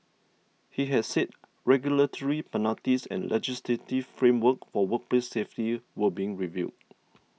he had said regulatory penalties and legislative framework for workplace safety were being reviewed